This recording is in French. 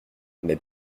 mes